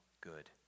good